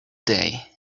day